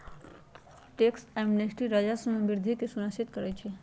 tax amnesty राजस्व में वृद्धि के सुनिश्चित करइ छै